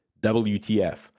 WTF